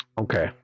Okay